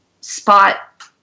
spot